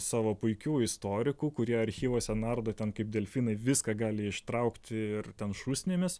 savo puikių istorikų kurie archyvuose nardo ten kaip delfinai viską gali ištraukti ir ten šūsnimis